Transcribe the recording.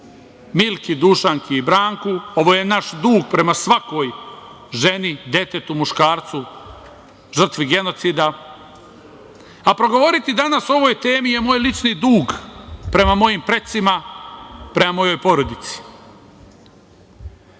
Milki, Dušanki i Branku, ovo je naš dug prema svakoj ženi, detetu, muškarcu, žrtvi genocida, a progovoriti danas o ovoj temi je moj lični dug prema mojim precima, prema mojoj porodici. Ozbiljan